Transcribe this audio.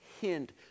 hint